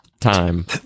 time